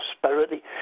prosperity